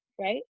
right